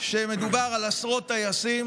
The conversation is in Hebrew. שמדובר על עשרות טייסים